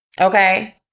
Okay